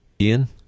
Ian